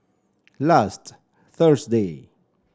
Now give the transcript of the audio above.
last Thursday